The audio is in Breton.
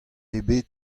ebet